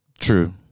True